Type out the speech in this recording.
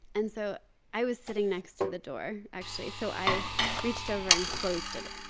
and so i was sitting next to the door, actually. so i reached over and closed it.